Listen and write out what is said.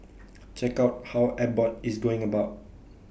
check out how Abbott is going about